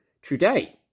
Today